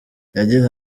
yagize